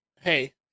Hey